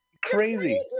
Crazy